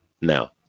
now